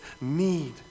need